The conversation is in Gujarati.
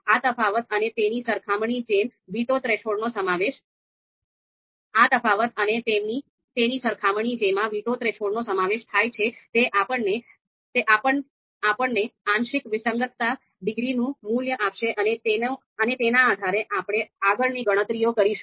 આ તફાવત અને તેની સરખામણી જેમાં વીટો થ્રેશોલ્ડનો સમાવેશ થાય છે તે આપણેને આંશિક વિસંગતતા ડિગ્રીનું મૂલ્ય આપશે અને તેના આધારે આપણે આગળની ગણતરીઓ કરીશું